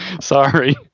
Sorry